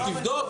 תבדוק.